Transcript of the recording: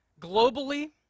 globally